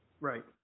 Right